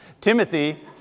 Timothy